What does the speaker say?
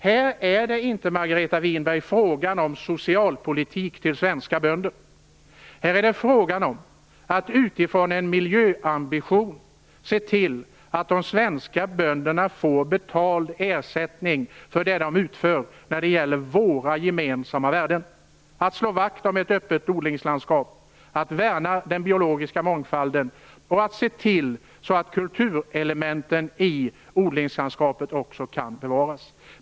Här är det inte, Margareta Här är det fråga om att utifrån en miljöambition se till att de svenska bönderna får betald ersättning för det som de utför när det gäller våra gemensamma värden. Det gäller att slå vakt om ett öppet odlingslandskap, att värna den biologiska mångfalden och att se till att kulturelementen i odlingslandskapet kan bevaras.